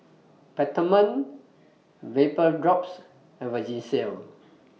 Peptamen Vapodrops and Vagisil